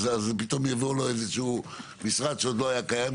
ואז פתאום יביאו לו איזשהו משרד שעוד לא היה קיים,